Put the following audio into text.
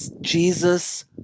Jesus